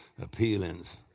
Appealings